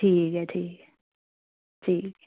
ठीक ऐ ठीक ठीक